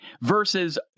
versus